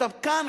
אתה כאן,